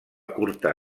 curta